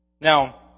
Now